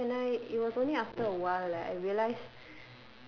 my ex and I it was only after a while like I realize